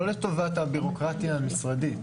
לא לטובת הביורוקרטיה המשרדית.